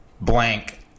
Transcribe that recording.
blank